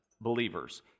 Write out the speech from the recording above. believers